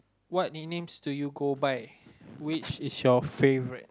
what nicknames do you go by which is your favorites